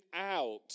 out